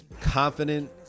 confident